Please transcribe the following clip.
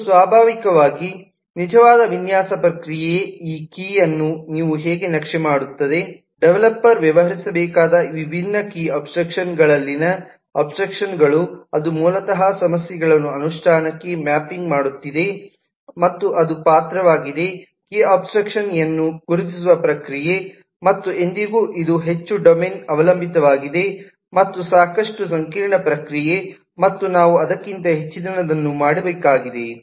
ಮತ್ತು ಸ್ವಾಭಾವಿಕವಾಗಿ ನಿಜವಾದ ವಿನ್ಯಾಸ ಪ್ರಕ್ರಿಯೆಯು ಈ ಕೀಲಿ ಯನ್ನು ನೀವು ಹೇಗೆ ನಕ್ಷೆ ಮಾಡುತ್ತದೆ ಡೆವಲಪರ್ ವ್ಯವಹರಿಸಬೇಕಾದ ಈ ವಿಭಿನ್ನ ಕೀ ಅಬ್ಸ್ಟ್ರಾಕ್ಷನ್ ಗಳಲ್ಲಿನ ಅಬ್ಸ್ಟ್ರಾಕ್ಷನ್ ಗಳು ಅದು ಮೂಲತಃ ಸಮಸ್ಯೆಗಳನ್ನು ಅನುಷ್ಠಾನಕ್ಕೆ ಮ್ಯಾಪಿಂಗ್ ಮಾಡುತ್ತಿದೆ ಮತ್ತು ಅದು ಪಾತ್ರವಾಗಿದೆ ಕೀ ಅಬ್ಸ್ಟ್ರಾಕ್ಷನ್ ಯನ್ನು ಗುರುತಿಸುವ ಪ್ರಕ್ರಿಯೆ ಮತ್ತು ಎಂದೆಂದಿಗೂ ಇದು ಹೆಚ್ಚು ಡೊಮೇನ್ ಅವಲಂಬಿತವಾಗಿದೆ ಮತ್ತು ಸಾಕಷ್ಟು ಸಂಕೀರ್ಣ ಪ್ರಕ್ರಿಯೆ ಮತ್ತು ನಾವು ಅದಕ್ಕಿಂತ ಹೆಚ್ಚಿನದನ್ನು ಮಾಡಬೇಕಾಗಿದೆ